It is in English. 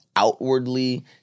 outwardly